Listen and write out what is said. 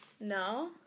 No